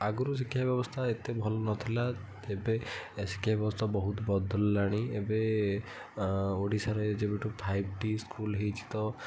ଆଗରୁ ଶିକ୍ଷା ବ୍ୟବସ୍ଥା ଏତେ ଭଲ ନଥିଲା ତେବେ ଶିକ୍ଷା ବ୍ୟବସ୍ଥା ବହୁତ ବଦଳିଲାଣି ଏବେ ଓଡ଼ିଶାରେ ଯେବେଠୁ ଫାଇଭ୍ ଟି ସ୍କୁଲ୍ ହେଇଛି ତ